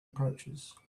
approaches